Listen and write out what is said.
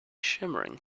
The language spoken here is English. shimmering